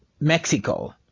Mexico